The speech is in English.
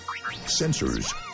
sensors